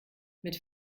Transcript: mit